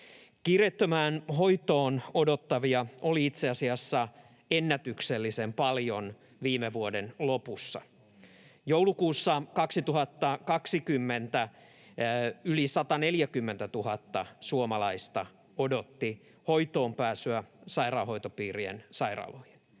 Kiireettömään hoitoon odottavia oli itse asiassa ennätyksellisen paljon viime vuoden lopussa. Joulukuussa 2020 yli 140 000 suomalaista odotti hoitoonpääsyä sairaanhoitopiirien sairaaloihin,